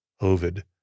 Ovid